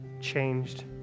changed